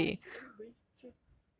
why why see everybody stress